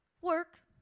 Work